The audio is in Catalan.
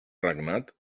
regnat